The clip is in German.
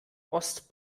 ost